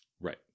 Right